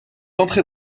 entrés